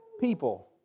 people